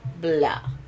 Blah